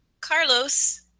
Carlos